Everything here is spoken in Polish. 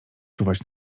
czuwać